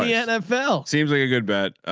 ah yeah nfl seems like a good bet.